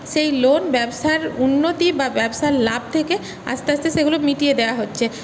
সেই লোন ব্যবসার উন্নতি বা ব্যবসার লাভ থেকে আস্তে আস্তে সেগুলো মিটিয়ে দেওয়া হচ্ছে